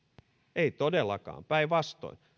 ei todellakaan päinvastoin